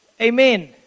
Amen